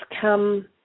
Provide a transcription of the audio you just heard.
come